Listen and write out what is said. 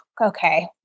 okay